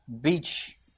beach